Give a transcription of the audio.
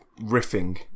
riffing